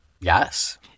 yes